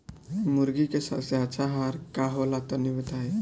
मुर्गी के सबसे अच्छा आहार का होला तनी बताई?